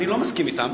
אני לא מסכים אתם.